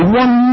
one